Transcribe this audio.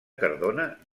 cardona